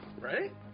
right